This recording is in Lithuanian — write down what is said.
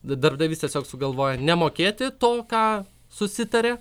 darbdavys tiesiog sugalvojo nemokėti to ką susitarė